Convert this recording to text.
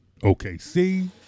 OKC